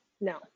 no